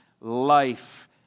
life